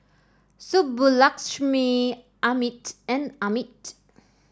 Subbulakshmi Amit and Amit